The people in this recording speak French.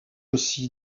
aussi